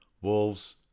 wolves